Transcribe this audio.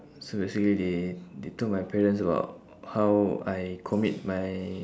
so basically they they told my parents about how I commit my